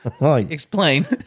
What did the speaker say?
Explain